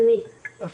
אני